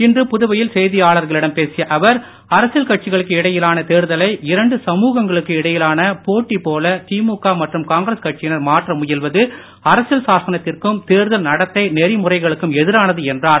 இன்று புதுவையில் செய்தியாளர்களிடம் பேசிய அவர் அரசியல் கட்சிகளுக்கு இடையிலான தேர்தலை இரண்டு சமூகங்களுக்கு இடையிலான போட்டி போல திமுக மற்றும் காங்கிரஸ் கட்சியினர் மாற்ற முயல்வது அரசியல் சாசனத்திற்கும் தேர்தல் நடத்தை நெறிமுறைகளுக்கும் எதிரானது என்றார்